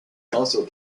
also